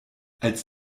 als